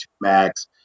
max